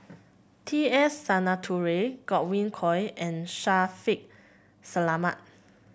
T S Sinnathuray Godwin Koay and Shaffiq Selamat